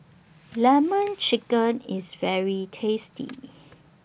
Lemon Chicken IS very tasty